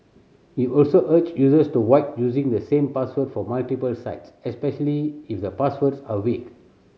he also urged users to using the same password for multiple sites especially if the passwords are weak